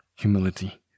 Humility